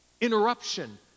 interruption